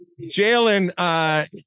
Jalen